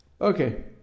Okay